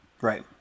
Right